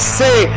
say